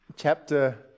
Chapter